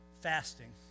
fasting